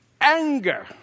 anger